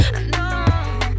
No